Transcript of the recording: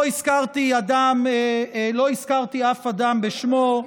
לא הזכרתי אף אדם בשמו.